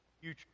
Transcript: Future